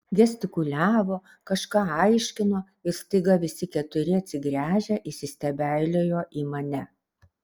gestikuliavo kažką aiškino ir staiga visi keturi atsigręžę įsistebeilijo į mane